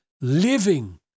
living